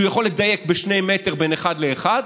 שהוא יכול לדייק בשני מטר בין אחד לאחד,